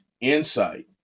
insight